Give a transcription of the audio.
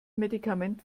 medikament